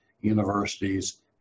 universities